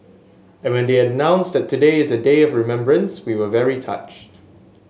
and when they announced that today is a day of remembrance we were very touched